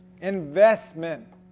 investment